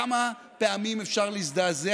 כמה פעמים אפשר להזדעזע?